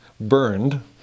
burned